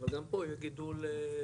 אבל גם פה יהיה גידול מתמיד,